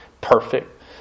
perfect